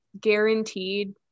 guaranteed